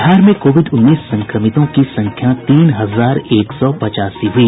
बिहार में कोविड उन्नीस संक्रमितों की संख्या तीन हजार एक सौ पचासी हुई